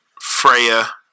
Freya